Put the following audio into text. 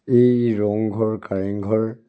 এই ৰংঘৰ কাৰেংঘৰ